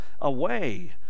away